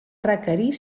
requerir